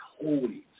holy